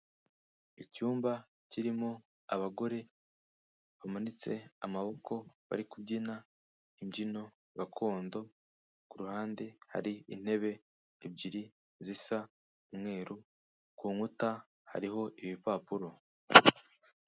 Icyumba kirimo abagore bamanitse amaboko, bari kubyina imbyino gakondo, ku ruhande hari intebe ebyiri zisa umweru, ku nkuta hariho ibipapuro.